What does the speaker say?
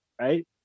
right